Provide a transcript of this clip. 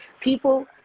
people